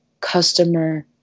customer